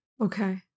okay